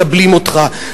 מקבלים אותך,